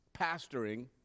pastoring